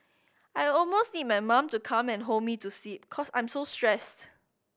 I almost need my mom to come and hold me to sleep cause I'm so stressed